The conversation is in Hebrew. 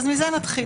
מזה נתחיל.